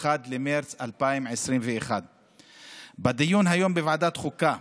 1 במרץ 2021. בדיון היום בוועדת החוקה